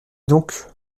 donc